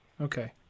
Okay